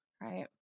right